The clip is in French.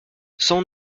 cent